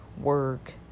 work